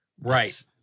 Right